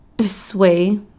sway